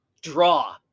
draw